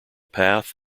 path